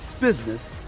business